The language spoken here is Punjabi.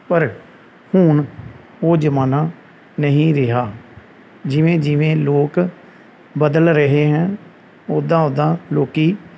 ਪਰ ਹੁਣ ਉਹ ਜਮਾਨਾ ਨਹੀਂ ਰਿਹਾ ਜਿਵੇਂ ਜਿਵੇਂ ਲੋਕ ਬਦਲ ਰਹੇ ਹੈ ਉਦਾਂ ਉਦਾਂ ਲੋਕ